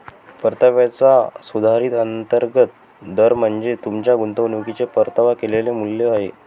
परताव्याचा सुधारित अंतर्गत दर म्हणजे तुमच्या गुंतवणुकीचे परतावा केलेले मूल्य आहे